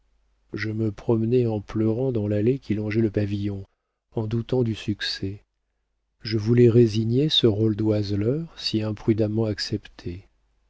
je me promenais en pleurant dans l'allée qui longeait le pavillon en doutant du succès je voulais résigner ce rôle d'oiseleur si imprudemment accepté